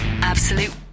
Absolute